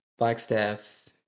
Blackstaff